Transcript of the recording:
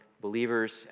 believers